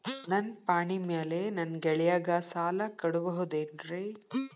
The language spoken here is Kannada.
ನನ್ನ ಪಾಣಿಮ್ಯಾಲೆ ನನ್ನ ಗೆಳೆಯಗ ಸಾಲ ಕೊಡಬಹುದೇನ್ರೇ?